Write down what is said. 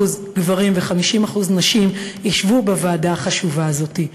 גברים ו-50% נשים ישבו בוועדה החשובה הזאת.